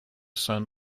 son